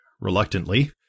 reluctantly